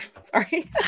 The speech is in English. Sorry